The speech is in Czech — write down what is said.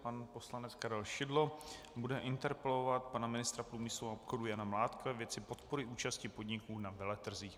Pan poslanec Karel Šidlo bude interpelovat pana ministra průmyslu a obchodu Jana Mládka ve věci podpory účasti podniků na veletrzích.